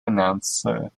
announcer